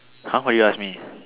how about you ask me